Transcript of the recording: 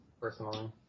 Personally